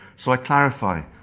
so i clarify.